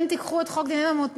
אם תיקחו את חוק דיני ממונות,